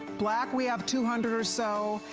black, we're two hundred or so.